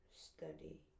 Study